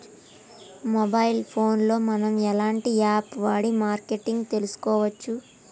Mobile phone లో మనం ఎలాంటి యాప్ వాడి మార్కెటింగ్ తెలుసుకోవచ్చు?